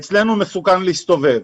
אצלנו מסוכן להסתובב.